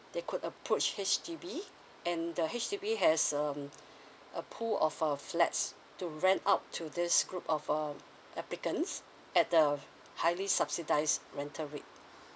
they could approach H_D_B and the H_D_B has um a pool of a flats to rent out to this group of um applicants at the highly subsidies rental rate